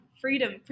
Freedom